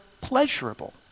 pleasurable